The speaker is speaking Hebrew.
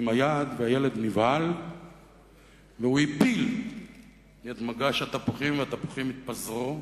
והילד נבהל והפיל את מגש התפוחים והם התפזרו.